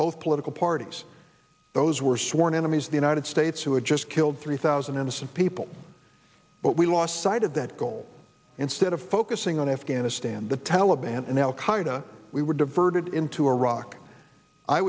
both political parties those were sworn enemies the united states who had just killed three thousand innocent people but we lost sight of that goal instead of focusing on afghanistan the taliban and al qaida we were diverted into iraq i